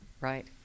Right